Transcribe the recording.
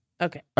Okay